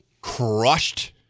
crushed